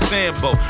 Sambo